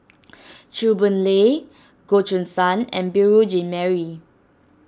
Chew Boon Lay Goh Choo San and Beurel Jean Marie